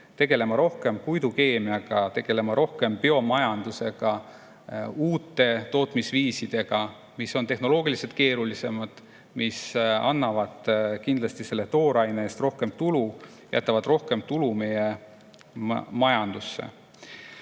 tegelema rohkem puidukeemia, biomajanduse ja uute tootmisviisidega, mis on tehnoloogiliselt keerulisemad, annavad kindlasti selle tooraine eest rohkem tulu ja jätavad rohkem tulu meie majandusse. Veel